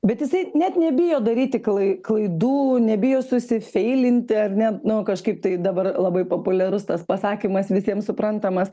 bet jisai net nebijo daryti klai klaidų nebijo susifeilinti ar ne nu kažkaip tai dabar labai populiarus tas pasakymas visiem suprantamas